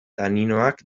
taninoak